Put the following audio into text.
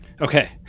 Okay